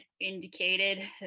indicated